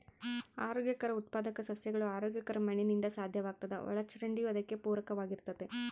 ಆರೋಗ್ಯಕರ ಉತ್ಪಾದಕ ಸಸ್ಯಗಳು ಆರೋಗ್ಯಕರ ಮಣ್ಣಿನಿಂದ ಸಾಧ್ಯವಾಗ್ತದ ಒಳಚರಂಡಿಯೂ ಅದಕ್ಕೆ ಪೂರಕವಾಗಿರ್ತತೆ